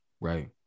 Right